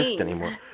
anymore